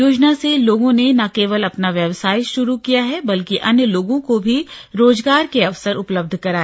योजना से लोगों ने ना केवल अपना व्यवसाय भाुरू किया बल्कि अन्य लोगों को भी रोजगार के अवसर उपलब्ध कराए